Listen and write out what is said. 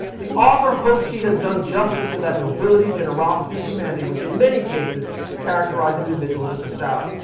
the author hopes she has done justice to that nobility, generosity, humanity, which in many cases characterize individuals at the south.